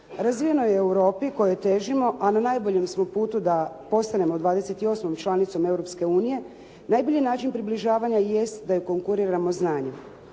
Razvijenoj Europi kojoj težimo, a na najboljem smo putu da postanemo 28. članicom Europske unije, najbolji način približavanja jest da joj konkuriramo znanjem.